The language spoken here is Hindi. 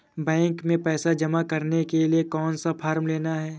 बैंक में पैसा जमा करने के लिए कौन सा फॉर्म लेना है?